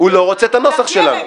הוא לא רוצה את הנוסח שלנו.